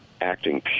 acting